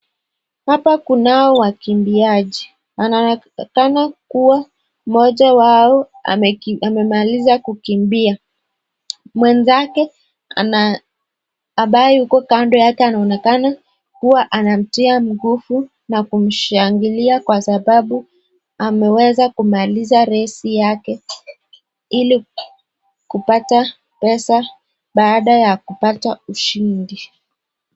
Hapa kunao wakimbiaji. Inaonekana kuwa mmoja wao amemaliza kukimbia. Mwenzake ambaye yuko kando yake anaonekana kuwa anamtia nguvu na kumshangilia kwa sababu ameweza kumaliza resi yake ili kupata pesa baada ya kupata ushindi.